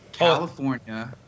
California